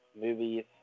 movies